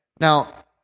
now